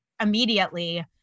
immediately